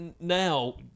now